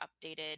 updated